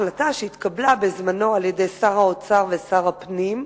החלטה שהתקבלה בזמנו על-ידי שר האוצר ושר הפנים,